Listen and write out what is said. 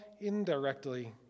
indirectly